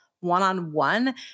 one-on-one